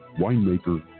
winemaker